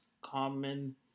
common